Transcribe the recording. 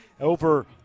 over